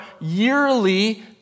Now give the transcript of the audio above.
yearly